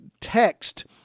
text